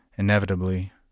inevitably